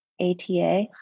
ATA